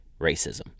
racism